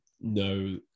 no